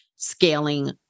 scaling